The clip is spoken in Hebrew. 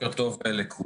בוקר טוב לכולם.